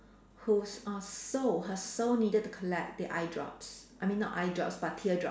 who's uh soul her soul needed to collect the eye drops I mean not eye drops but teardrops